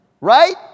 right